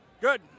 good